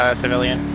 civilian